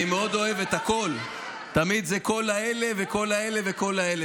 אני מאוד את ה"כל" תמיד זה "כל האלה" ו"כל האלה" ו"כל האלה".